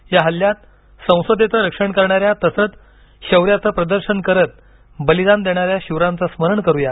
या हल्ल्यात संसदेचे रक्षण करणा या तसंच शौर्याचं प्रदर्शन करत बलिदान देणा या शूरांचे स्मरण करूया